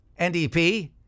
NDP